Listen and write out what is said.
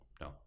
no